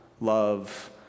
love